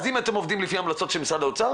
אז אם אתם עובדים לפי ההמלצות של משרד האוצר,